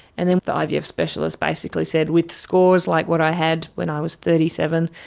and then the ivf specialist basically said with scores like what i had when i was thirty seven,